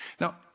Now